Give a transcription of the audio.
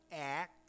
act